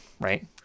Right